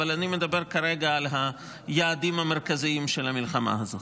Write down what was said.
אבל אני מדבר כרגע על היעדים המרכזיים של המלחמה הזאת.